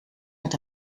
met